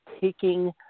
taking